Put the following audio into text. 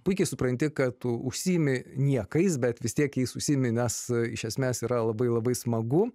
puikiai supranti kad tu užsiimi niekais bet vis tiek jais užsiimi nes iš esmės yra labai labai smagu